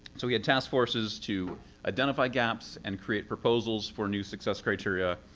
so we had task forces to identify gaps and create proposals for new success criteria.